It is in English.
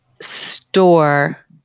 store